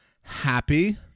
happy